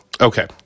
Okay